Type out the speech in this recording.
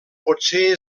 potser